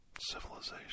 civilization